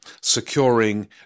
securing